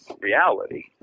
reality